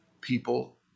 people